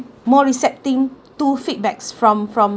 more receptive to feedbacks from from